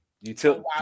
utility